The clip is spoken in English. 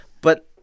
But-